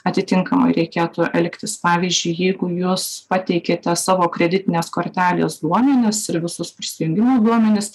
atitinkamai reikėtų elgtis pavyzdžiui jeigu jūs pateikiate savo kreditinės kortelės duomenis ir visus prisijungimo duomenis